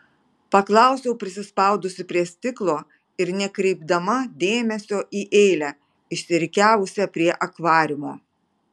paklausiau prisispaudusi prie stiklo ir nekreipdama dėmesio į eilę išsirikiavusią prie akvariumo